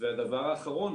והדבר האחרון,